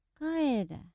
good